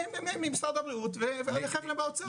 ממשרד הבריאות והחבר'ה באוצר.